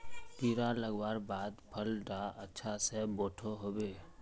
कीड़ा लगवार बाद फल डा अच्छा से बोठो होबे?